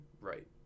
right